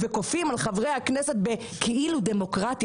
וכופים על חברי הכנסת בכאילו דמוקרטיה